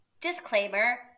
disclaimer